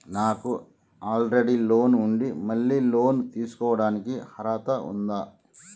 నాకు already loan ఉండి మళ్ళీ లోన్ తీసుకోవడానికి అర్హత ఉందా?